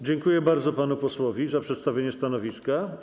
Dziękuję bardzo panu posłowi za przedstawienie stanowiska.